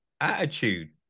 attitude